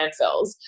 landfills